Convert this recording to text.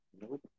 Nope